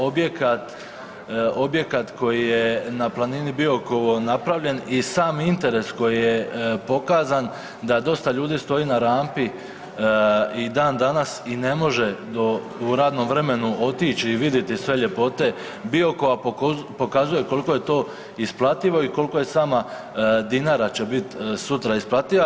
Objekat koji je na planini Biokovo napravljen i sam interes koji je pokazan da dosta ljudi stoji na rampi i dan danas i ne može u radnom vremenu otići i vidjeti sve ljepote Biokova pokazuje koliko je to isplativo i koliko je sama Dinara će bit sutra isplativa.